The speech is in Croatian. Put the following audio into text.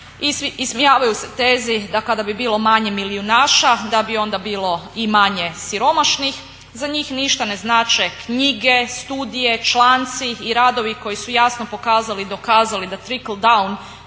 ismijavaju se tezi da kada bi bilo manje milijunaša da bi onda bilo i manje siromašnih. Za njih ništa ne znače knjige, studije, članci i radovi koji su jasno pokazali i dokazali da trickle down